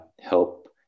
help